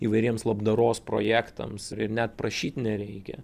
įvairiems labdaros projektams ir net prašyt nereikia